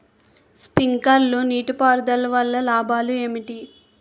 Sprinkler నీటిపారుదల వల్ల లాభాలు ఏంటి?